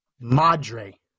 Madre